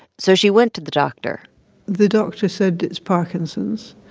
so she went to the doctor the doctor said it's parkinson's.